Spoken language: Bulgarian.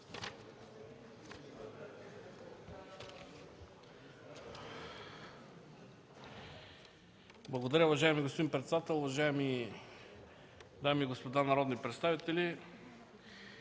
председател. Уважаеми господин председател, уважаеми дами и господа народни представители!